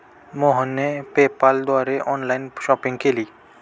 मोहनने पेपाल द्वारे online shopping केली